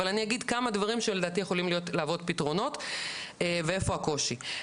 אבל אני אגיד כמה דברים שלדעתי יכולים להוות פתרונות ואיפה הקושי,